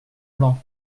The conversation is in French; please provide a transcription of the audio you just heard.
blanc